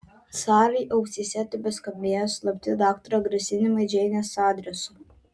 sarai ausyse tebeskambėjo slapti daktaro grasinimai džeinės adresu